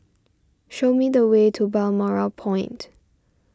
show me the way to Balmoral Point